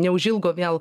neužilgo vėl